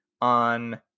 on